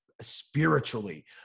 spiritually